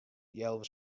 healwei